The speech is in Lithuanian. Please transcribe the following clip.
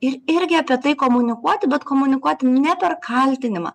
ir irgi apie tai komunikuoti bet komunikuoti ne per kaltinimą